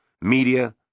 media